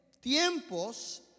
tiempos